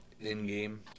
in-game